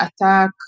attack